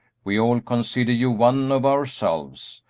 we all consider you one of ourselves,